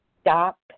stop